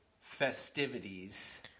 festivities